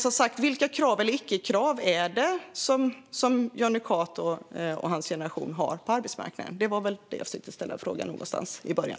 Som sagt: Vilka krav eller icke-krav är det som Jonny Cato och hans generation har på arbetsmarknaden? Det var den frågan jag försökte ställa i början.